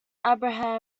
abraham